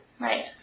Right